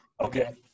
Okay